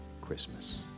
Christmas